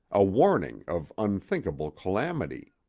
a warning of unthinkable calamity.